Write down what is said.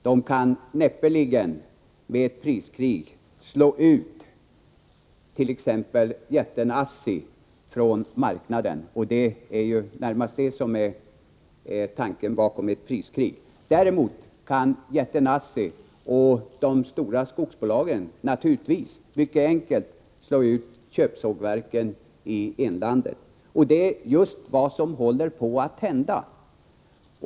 De kan näppeligen med ett priskrig slå ut t.ex. jätten ASSI från marknaden — och det är ju närmast det som skulle vara tanken bakom ett priskrig. Däremot kan jätten ASSI och de stora skogsbolagen naturligtvis mycket enkelt slå ut köpsågverken i inlandet. Och det är ju vad som håller på att hända.